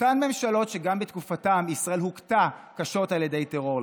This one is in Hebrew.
אותן ממשלות שגם בתקופתן ישראל הוכתה קשות על ידי טרור,